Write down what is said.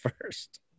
first